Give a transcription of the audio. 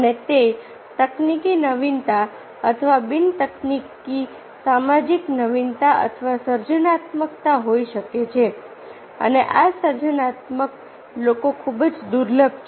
અને તે તકનીકી નવીનતા અથવા બિન તકનીકી સામાજિક નવીનતા અથવા સર્જનાત્મકતા હોઈ શકે છે અને આ સર્જનાત્મક લોકો ખૂબ જ દુર્લભ છે